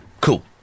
Cool